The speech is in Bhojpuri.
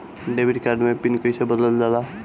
डेबिट कार्ड के पिन कईसे बदलल जाला?